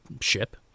ship